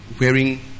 Wearing